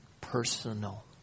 personal